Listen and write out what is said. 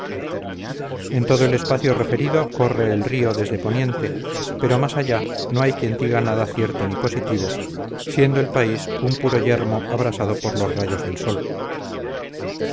en todo el espacio referido corre el río desde poniente pero más allá no hay quien diga nada cierto ni positivo siendo el país un puro yermo abrasado por los rayos del sol